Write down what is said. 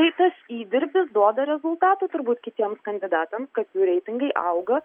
tai tas įdirbis duoda rezultatų turbūt kitiems kandidatams kad jų reitingai auga